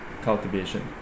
cultivation